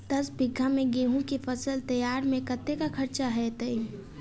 दस बीघा मे गेंहूँ केँ फसल तैयार मे कतेक खर्चा हेतइ?